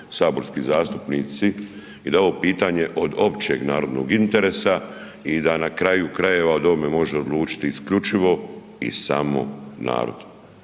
saborski zastupnici i da je ovo pitanje od općeg narodnog interesa i da na kraju krajeva o ovome može odlučiti isključivo i samo narod.